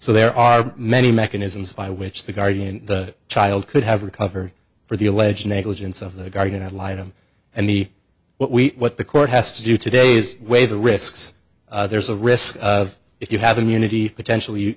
so there are many mechanisms by which the guardian the child could have recover for the alleged negligence of the guardian ad litum and the what we what the court has to do today is weigh the risks there's a risk of if you have immunity potentially